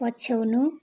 पछ्याउनु